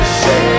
say